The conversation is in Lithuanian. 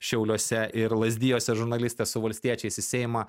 šiauliuose ir lazdijuose žurnalistė su valstiečiais į seimą